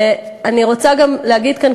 ואני רוצה גם להגיד כאן,